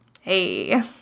Hey